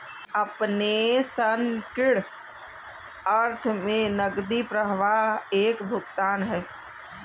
अपने संकीर्ण अर्थ में नकदी प्रवाह एक भुगतान है